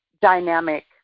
dynamic